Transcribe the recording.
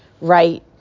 Right